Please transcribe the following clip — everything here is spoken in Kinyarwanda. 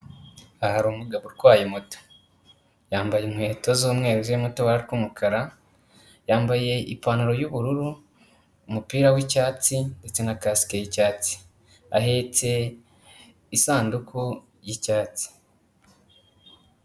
Aha hari umugabo utwaye moto, yambaye inkweto z'umweru zirimo utubara tw'umukara, yambaye ipantaro y'ubururu, umupira w'icyatsi ndetse na kasike y'icyatsi. Ahetse isanduku y'icyatsi.